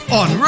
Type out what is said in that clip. on